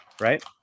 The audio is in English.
Right